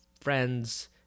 friends